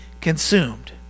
consumed